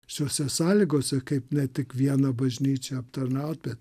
šiose sąlygose kaip ne tik vieną bažnyčią aptarnaut bet